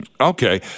Okay